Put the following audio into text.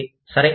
సరే